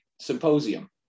symposium